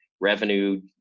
revenue